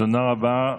תודה רבה.